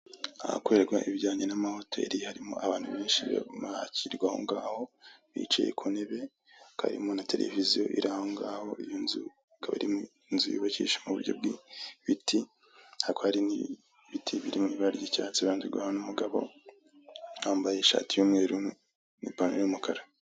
Ahakorerwa ibijyanye n'amahoteli harimo abantu benshi barimo barakirwanga aho ngaho bicaye ku ntebe hakaba harimo na televiziyo iri ahongaho iyo nzu ikaba ari inzu yubakishije mu buryo bw'ibiti hakaba hari n'ibiti biri mu ibara ry'icyatsi ku ruhande rwaho hari n'umugabo wambaye ishati y'umweru nipantaro y'umukara .